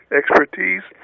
expertise